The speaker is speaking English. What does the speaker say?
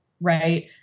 right